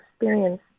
experience